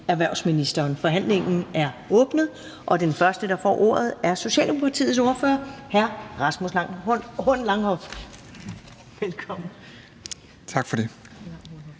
Ellemann): Forhandlingen er åbnet, og den første, der får ordet, er Socialdemokratiets ordfører, hr. Rasmus Horn Langhoff. Velkommen. Kl.